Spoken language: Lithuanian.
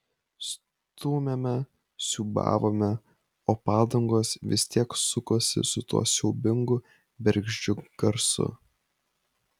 stūmėme siūbavome o padangos vis tiek sukosi su tuo siaubingu bergždžiu garsu